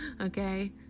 okay